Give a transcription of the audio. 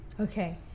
Okay